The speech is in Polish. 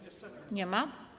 Nie ma?